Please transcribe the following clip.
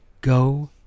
Go